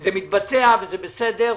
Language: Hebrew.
שזה מתבצע וזה בסדר,